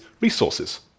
resources